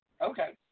Okay